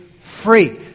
free